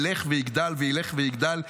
ילך ויגדל וילך ויגדל.